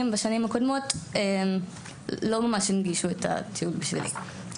בשנים הקודמות לא ממש הנגישו את הטיול בשבילי,